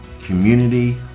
community